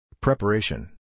Preparation